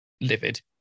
livid